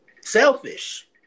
Selfish